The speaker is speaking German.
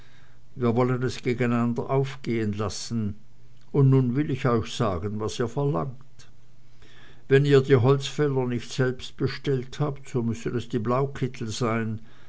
wir wollen es gegeneinander aufgehen lassen und nun will ich euch sagen was ihr verlangt wenn ihr die holzfäller nicht selbst bestellt habt so müssen es die blaukittel sein